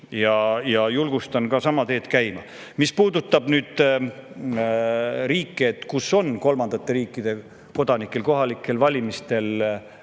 Julgustan ka meid sama teed käima. Mis puudutab riike, kus on kolmandate riikide kodanikel kohalikel valimistel